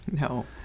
No